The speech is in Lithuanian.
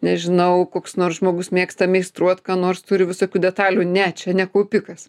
nežinau koks nors žmogus mėgsta meistruot ką nors turi visokių detalių ne čia ne kaupikas